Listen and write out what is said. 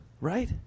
right